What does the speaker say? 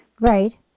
Right